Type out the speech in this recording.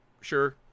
sure